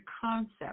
concept